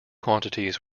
quantities